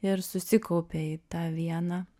ir susikaupė į tą vieną